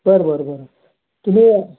बरं बरं बरं तुम्ही